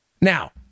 Now